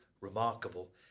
remarkable